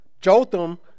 Jotham